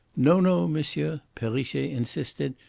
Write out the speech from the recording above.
no, no, monsieur, perrichet insisted.